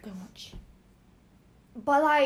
ah is fake one is not their actual voice